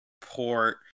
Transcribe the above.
port